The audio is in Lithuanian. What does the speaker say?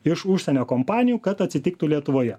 iš užsienio kompanijų kad atsitiktų lietuvoje